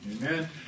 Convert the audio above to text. Amen